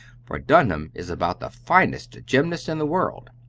for dunham is about the finest gymnast in the world.